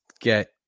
get